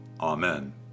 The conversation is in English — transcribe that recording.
Amen